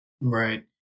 Right